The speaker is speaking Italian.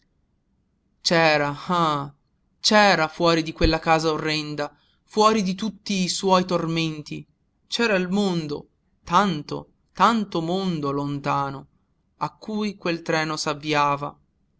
ah c'era fuori di quella casa orrenda fuori di tutti i suoi tormenti c'era il mondo tanto tanto mondo lontano a cui quel treno s'avviava